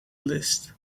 list